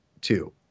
two